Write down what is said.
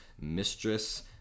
mistress